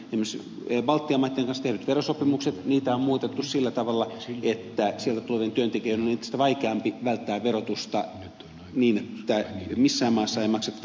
esimerkiksi baltian maiden kanssa tehtyjä verosopimuksia on muutettu sillä tavalla että sieltä tulevien työntekijöiden on entistä vaikeampi välttää verotusta niin että missään maassa ei maksettaisi veroja